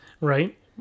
Right